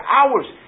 hours